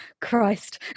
Christ